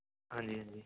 ਹਾਂਜੀ ਹਾਂਜੀ